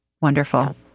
Wonderful